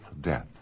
death